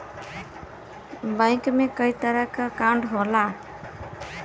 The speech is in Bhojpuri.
बैंक में कई तरे क अंकाउट होला